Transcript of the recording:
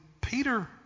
Peter